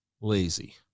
lazy